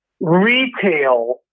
retail